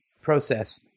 process